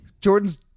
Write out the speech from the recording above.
jordan's